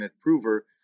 Prover